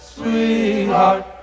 sweetheart